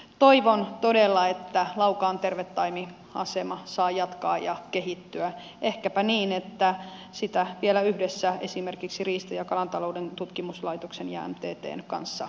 toivon todella että laukaan tervetaimiasema saa jatkaa ja kehittyä ehkäpä niin että sitä vielä yhdessä esimerkiksi riista ja kalatalouden tutkimuslaitoksen ja metlan kanssa vahvistetaan